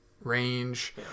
range